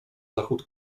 zachód